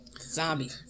Zombie